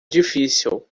difícil